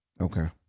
Okay